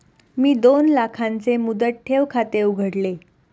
मी दोन लाखांचे मुदत ठेव खाते उघडले